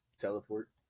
Teleport